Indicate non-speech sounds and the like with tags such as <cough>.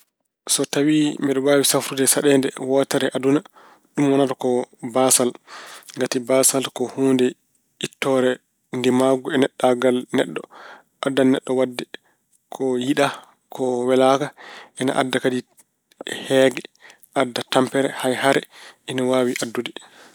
So tawi mbeɗa waawi safrude caɗeende wootere aduna, ɗum wonata ko baasal. Baasal ko huunde ittoore ndimaagu e neɗɗaagal neɗɗo. Addana neɗɗo waɗde ko yiɗaa, ko welaaka. Ina adda kadi <hesitation> heege, adda tampere hay hare ina waawi addude.